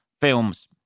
films